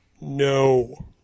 No